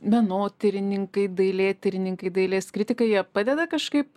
menotyrininkai dailėtyrininkai dailės kritikai jie padeda kažkaip